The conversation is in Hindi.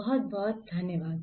बहुत बहुत धन्यवाद